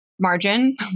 margin